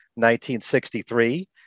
1963